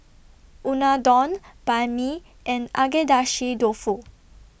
Unadon Banh MI and Agedashi Dofu